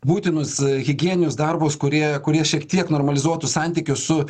būtinus higienius darbus kurie kurie šiek tiek normalizuotų santykius su